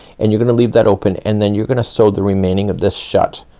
and you're gonna leave that open. and then you're gonna sew the remaining of this shut,